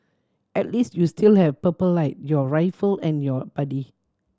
at least you still have Purple Light your rifle and your buddy